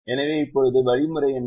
எனவே இப்போது வழிமுறை என்ன